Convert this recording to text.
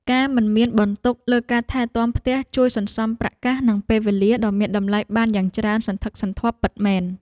ការមិនមានបន្ទុកលើការថែទាំផ្ទះជួយសន្សំប្រាក់កាសនិងពេលវេលាដ៏មានតម្លៃបានយ៉ាងច្រើនសន្ធឹកសន្ធាប់ពិតមែន។